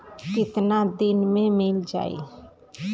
कितना दिन में मील जाई?